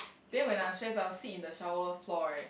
then when I'm stress I will sit in the shower floor right